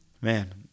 man